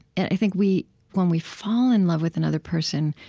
and i think we when we fall in love with another person,